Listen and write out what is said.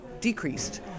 decreased